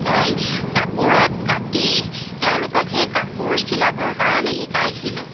মই কাপোৰত কাটি তেওঁলোকক সেই কাপোৰ চিলাবৰ কাৰণে শিকাইছিলোঁ